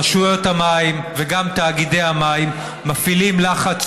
רשויות המים וגם תאגידי המים מפעילים לחץ